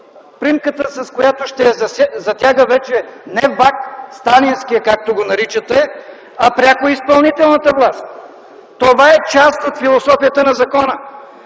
примката, с която ще я затяга вече не ВАК – Сталинският, както го наричате, а пряко изпълнителната власт. Това е част от философията на закона.